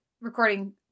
recording